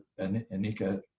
Anika